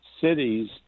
cities